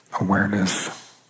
Awareness